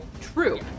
True